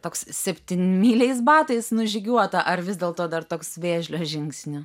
toks septynmyliais batais nužygiuota ar vis dėlto dar toks vėžlio žingsniu